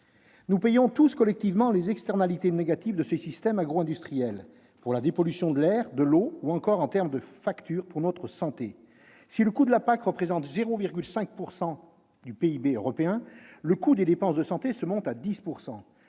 Nous payons tous, collectivement, les externalités négatives de ce système agroindustriel en payant pour la dépollution de l'air ou de l'eau, sans parler de la facture pour notre santé. Si le coût de la PAC représente 0,5 % du PIB européen, le coût des dépenses de santé s'élève à 10